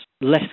less